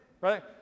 Right